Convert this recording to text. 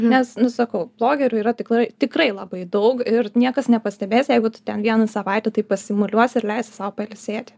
nes nu sakau blogerių yra tikrai tikrai labai daug ir niekas nepastebės jeigu tu ten vieną savaitę taip pasimuliuosi ir leisi sau pailsėti